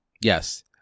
Yes